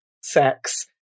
sex